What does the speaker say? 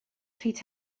pryd